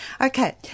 Okay